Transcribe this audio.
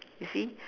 you see